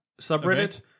subreddit